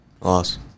Loss